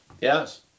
Yes